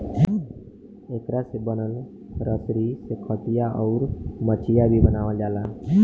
एकरा से बनल रसरी से खटिया, अउर मचिया भी बनावाल जाला